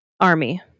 ARMY